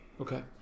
Okay